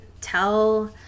tell